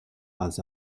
als